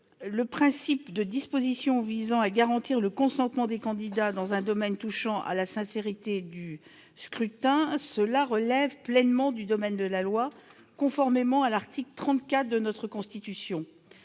le principe de dispositions visant à garantir le consentement des candidats dans un domaine touchant à la sincérité du scrutin relève pleinement du domaine de la loi, conformément à l'article 34 de notre Constitution.